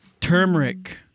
turmeric